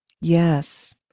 yes